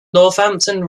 northampton